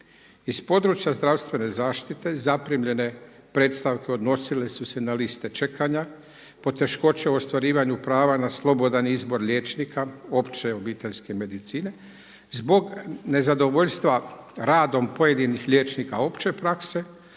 Iz područja zdravstvene zaštite zaprimljene predstavke odnosile su se na liste čekanja, poteškoće u ostvarivanju prava na slobodan izbor liječnika opće obiteljske medicine zbog nezadovoljstva radom pojedinih liječnika opće prakse,